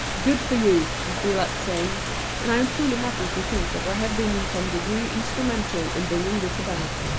good for you! i feel like saying and i am truly happy to think that i have been in some degree instrumental in bringing this about.